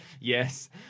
yes